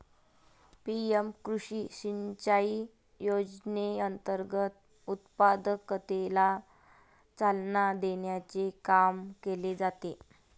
PM कृषी सिंचाई योजनेअंतर्गत उत्पादकतेला चालना देण्याचे काम केले जाते